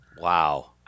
Wow